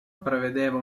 prevedeva